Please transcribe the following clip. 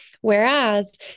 Whereas